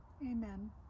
amen